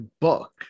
book